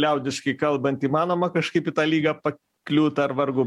liaudiškai kalbant įmanoma kažkaip į tą lygą pakliūt ar vargu